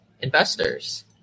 investors